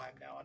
now